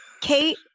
kate